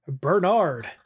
bernard